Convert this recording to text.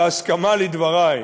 שאתה הנהנת בהסכמה לדברי.